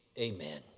amen